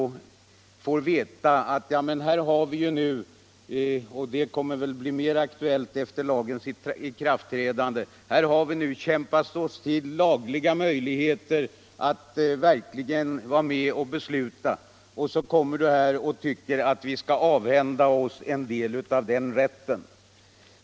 Av sina medlemmar kan han då få höra — och det kommer väl att bli mera aktuellt efter lagens ikraftträdande: Här har vi nu kämpat oss till lagliga möjligheter att vara med och besluta, och så kommer du och tycker att vi skall avhända oss en del av den rätten.